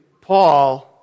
Paul